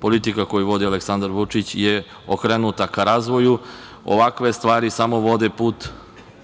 politika koju vodi Aleksandar Vučić je okrenuta ka razvoju. Ovakve stvari samo vode